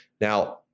Now